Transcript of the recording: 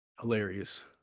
Hilarious